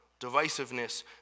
divisiveness